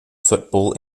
football